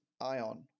Ion